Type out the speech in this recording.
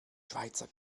schweizer